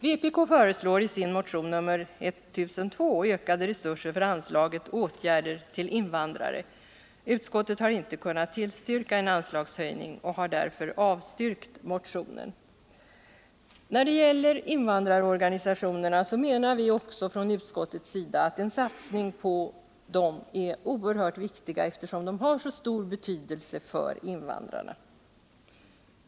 Vpk föreslår i sin motion nr 1002 ökade resurser för anslaget Åtgärder till invandrare. Utskottet har inte kunnat tillstyrka en anslagshöjning och har | därför avstyrkt motionen. När det gäller invandrarorganisationerna menar vi också från utskottets sidå att en satsning på dem är oerhört viktig, eftersom de har så stor betydelse för invandrarna.